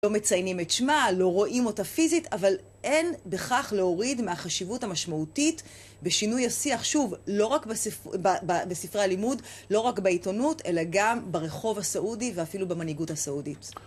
לא מציינים את שמה, לא רואים אותה פיזית, אבל אין בכך להוריד מהחשיבות המשמעותית בשינוי השיח, שוב, לא רק בספרי הלימוד, לא רק בעיתונות, אלא גם ברחוב הסעודי ואפילו במנהיגות הסעודית.